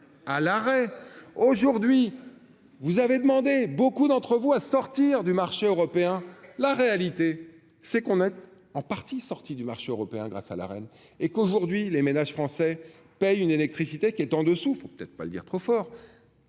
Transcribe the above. à l'arrêt, aujourd'hui vous avez demandé beaucoup d'entre vous à sortir du marché européen, la réalité c'est qu'on a en partie sortie du marché européen, grâce à la reine et qu'aujourd'hui les ménages français paye une électricité qui est temps de soufre, peut-être pas le dire trop fort